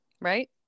right